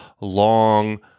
long